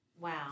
Wow